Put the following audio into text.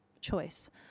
choice